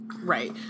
right